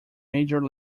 major